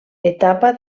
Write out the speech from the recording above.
etapa